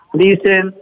listen